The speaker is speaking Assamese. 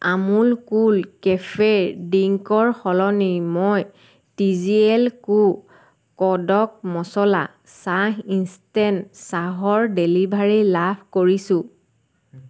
আমুল কুল কেফে ড্ৰিংকৰ সলনি মই টিজিএল কো কদক মছলা চাহ ইনষ্টেণ্ট চাহৰ ডেলিভাৰী লাভ কৰিছোঁ